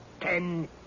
ten